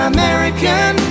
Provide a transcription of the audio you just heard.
American